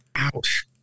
ouch